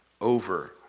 over